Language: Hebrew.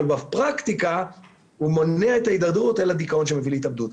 אבל בפרקטיקה הוא מונע את ההידרדרות אל הדיכאון שמוביל להתאבדות.